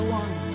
one